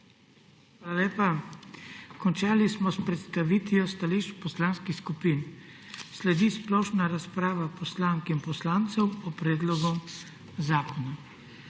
Hvala lepa. Končali smo s predstavitvijo stališč poslanskih skupin. Sledi splošna razprava poslank in poslancev o predlogu zakona.